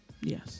Yes